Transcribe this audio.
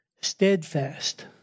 steadfast